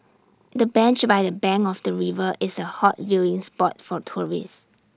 the bench by the bank of the river is A hot viewing spot for tourists